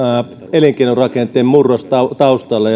elinkeinorakenteen murros taustalla